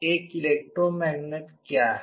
एक इलेक्ट्रोमैग्नेट क्या है